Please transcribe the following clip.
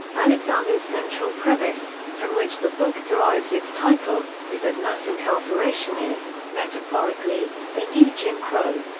alexander's central premise, from which the book derives its title, is that mass incarceration is, metaphorically, the new jim crow.